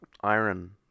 Iron